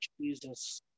Jesus